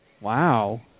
Wow